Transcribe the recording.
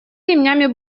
ремнями